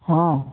ହଁ